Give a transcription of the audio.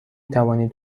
توانید